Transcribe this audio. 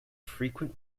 frequent